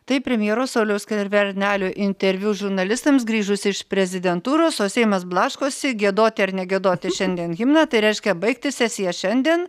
tai premjero sauliaus skvernelio interviu žurnalistams grįžus iš prezidentūros o seimas blaškosi giedoti ar negiedoti šiandien himną tai reiškia ar baigti sesiją šiandien